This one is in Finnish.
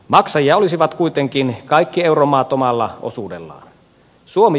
maksajia olisivat kuitenkin kaikki euromaat omalla osuudellaan